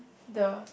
the